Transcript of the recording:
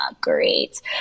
great